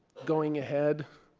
going ahead